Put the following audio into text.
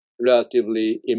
relatively